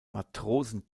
matrosen